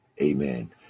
amen